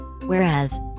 Whereas